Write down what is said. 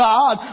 God